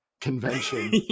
convention